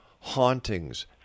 hauntings